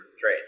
trade